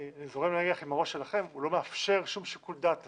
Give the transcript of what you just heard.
אני זורם עם הראש שלכם לא מאפשר שום שיקול דעת לשר.